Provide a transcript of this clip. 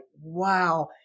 wow